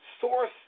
source